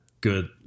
good